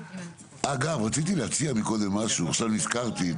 אגב, רציתי להציע מקודם משהו, עכשיו נזכרתי.